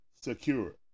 secure